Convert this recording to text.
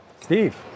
Steve